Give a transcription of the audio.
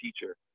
teacher